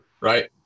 right